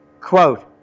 quote